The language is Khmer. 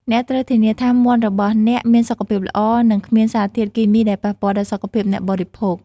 អ្នកត្រូវធានាថាមាន់របស់អ្នកមានសុខភាពល្អ និងគ្មានសារធាតុគីមីដែលប៉ះពាល់ដល់សុខភាពអ្នកបរិភោគ។